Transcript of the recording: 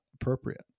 appropriate